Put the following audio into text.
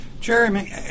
Jeremy